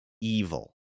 evil